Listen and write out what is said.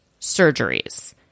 surgeries